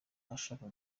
ashaka